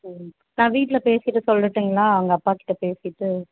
சரி நான் வீட்டில் பேசிவிட்டு சொல்லட்டுங்களா அவங்க அப்பாக்கிட்ட பேசிவிட்டு